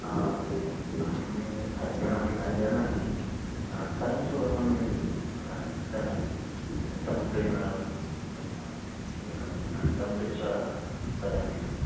हा अहं अधुना अहं न जानामि परन्तु अहम् तं प्र तं पृष्ट्वा वदाम्यहम्